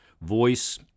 voice